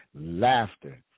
laughter